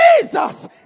Jesus